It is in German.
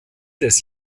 des